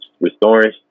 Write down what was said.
restoring